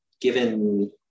given